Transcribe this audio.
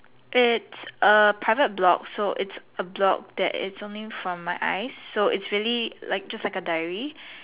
it's a private blog so it is a blog that is only for my eyes so it is really just like a dairy